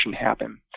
happen